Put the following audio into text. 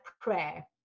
prayer